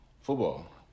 Football